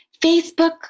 Facebook